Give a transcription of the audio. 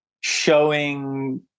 showing